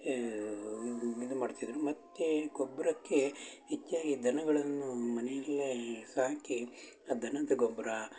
ಇದು ಇದು ಮಾಡ್ತಿದ್ದರು ಮತ್ತೆ ಗೊಬ್ಬರಕ್ಕೆ ಹೆಚ್ಚಾಗಿ ದನಗಳನ್ನೂ ಮನೆಯಲ್ಲೇ ಸಾಕಿ ಆ ದನದ ಗೊಬ್ಬರ